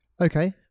Okay